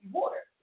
water